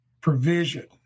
provision